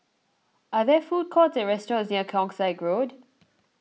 are there food courts or restaurants near Keong Saik Road